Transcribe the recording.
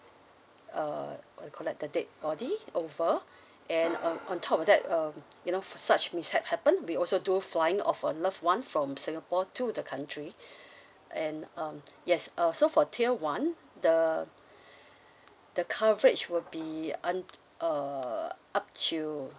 uh what do you call that the dead body over and um on top of that um you know for such mishap happen we also do flying of a loved one from singapore to the country and um yes uh so for tier one the the coverage will be un~ uh up to